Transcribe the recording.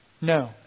No